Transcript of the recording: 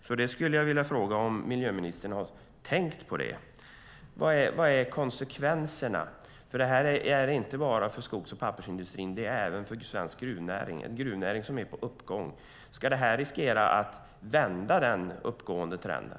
Jag skulle vilja fråga om miljöministern har tänkt på detta. Vad är konsekvenserna? Det handlar nämligen inte bara om skogs och pappersindustrin utan även om svensk gruvnäring. Det är en näring som är på uppgång. Ska detta riskera att vända den uppgående trenden?